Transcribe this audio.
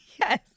Yes